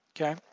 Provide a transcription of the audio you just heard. okay